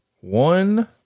one